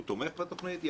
הוא תומך בתוכנית,